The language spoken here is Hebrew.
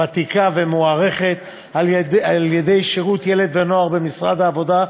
ותיקה ומוערכת על-ידי שירות ילד ונוער במשרד העבודה,